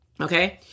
okay